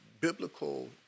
biblical